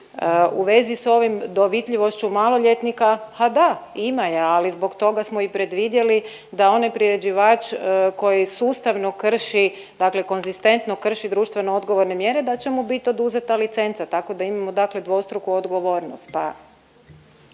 U vezi s ovim dovitljivošću maloljetnika, ha da ima je, ali zbog toga smo i predvidjeli da onaj priređivač koji sustavno krši, dakle konzistentno krši društveno odgovorne mjere da će mu bit oduzeta licenca, tako da imamo dakle dvostruku odgovornost.